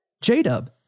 J-Dub